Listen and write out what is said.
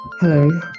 Hello